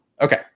Okay